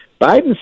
Biden